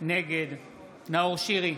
נגד נאור שירי,